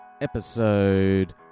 episode